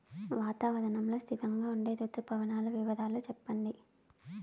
వాతావరణం లో స్థిరంగా ఉండే రుతు పవనాల వివరాలు చెప్పండి?